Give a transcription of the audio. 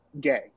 Gay